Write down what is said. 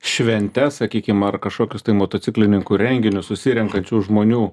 šventes sakykim ar kažkokius tai motociklininkų renginius susirenkančių žmonių